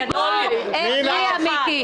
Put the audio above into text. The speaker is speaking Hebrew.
הציבור הכריע, מיקי.